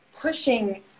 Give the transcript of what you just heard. pushing